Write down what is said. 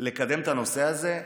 לקדם את הנושא הזה,